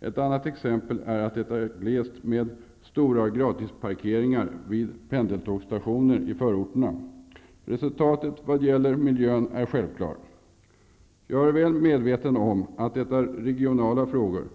Ett annat exempel är att det är glest med stora gratisparkeringar vid pendeltågsstationer i förorterna. Resultatet vad gäller miljön är självklart. Jag är väl medveten om att detta är regionala frågor.